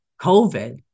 COVID